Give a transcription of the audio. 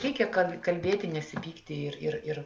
reikia kad kalbėti nesipykti ir ir ir